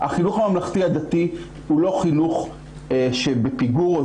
הוא לא חינוך שבפיגור,